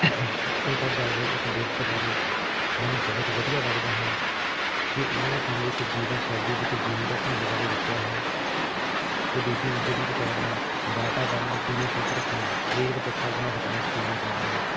ਜਿੱਥੋਂ ਤੱਕ ਗੱਲ ਰਹੀ ਇੱਕ ਲੇਖਕ ਬਾਰੇ ਮੈਨੂੰ ਬਹੁਤ ਵਧੀਆ ਲੱਗਦਾ ਹੈ ਕਿ ਉਨ੍ਹਾਂ ਨੇ ਸਾਨੂੰ ਇੱਕ ਜੀਵਨ ਸ਼ੈਲੀ ਵਿੱਚ ਜੀਣ ਦਾ ਢੰਗ ਬਾਰੇ ਦੱਸਿਆ ਹੈ ਅਤੇ ਬੀਬੀ ਇੰਦਰਜੀਤ ਕੌਰ ਨੇ ਵਾਤਾਵਰਣ ਨੂੰ ਕਿਵੇਂ ਸ਼ੁੱਧ ਰੱਖਣਾ ਸਰੀਰਕ ਪੱਖੋਂ ਆਪਣਾ ਵਿਕਾਸ ਕਿਵੇਂ ਕਰਨਾ